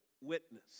witness